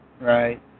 Right